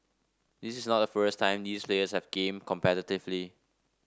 this is not the first time these players have gamed competitively